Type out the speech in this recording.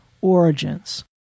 origins